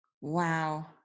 wow